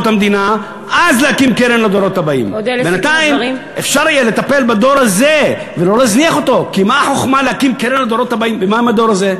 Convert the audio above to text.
אסון גדול, זה בדיוק מה שעשו בנורבגיה.